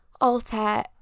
alter